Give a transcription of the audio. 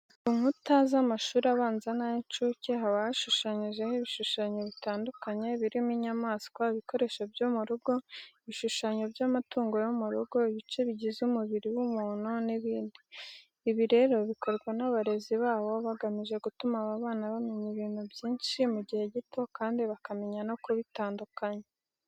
Ku nkuta z'amashuri abanza n'ay'incuke haba hashushanyijeho ibishushanyo bitandukanye birimo inyamaswa, ibikoresho byo mu rugo, ibishushanyo by'amatungo yo mu rugo, ibice bigize umubiri w'umuntu n'ibindi. Ibi rero bikorwa n'abarezi babo bagamije gutuma aba bana bamenya ibintu byinshi mu gihe gito kandi bakamenya no kubitandukanya.